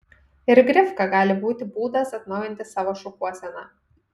ir grifka gali būti būdas atnaujinti savo šukuoseną